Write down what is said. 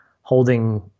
holding